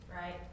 right